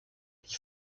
die